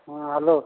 ହଁ ହ୍ୟାଲୋ